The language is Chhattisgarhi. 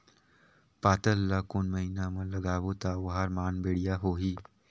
पातल ला कोन महीना मा लगाबो ता ओहार मान बेडिया होही?